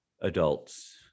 adults